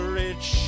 rich